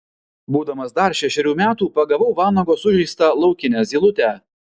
būdamas dar šešerių metų pagavau vanago sužeistą laukinę zylutę